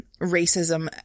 racism